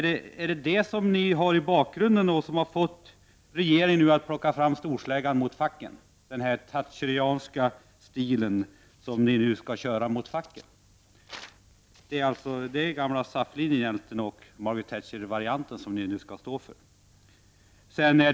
Är det vad som finns i bakgrunden och som har fått regeringen att plocka fram storsläggan mot facken? Är det den Thatcherska stilen som ni nu skall köra mot facken? Det är alltså den gamla SAF-linjen, Thatchervarianten, som ni nu kommer att stå för.